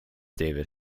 david